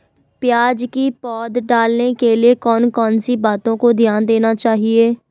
प्याज़ की पौध डालने के लिए कौन कौन सी बातों का ध्यान देना चाहिए?